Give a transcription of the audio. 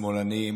שמאלנים,